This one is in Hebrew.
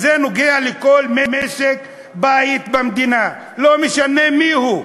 זה נוגע בכל משק-בית במדינה, לא משנה מי הוא,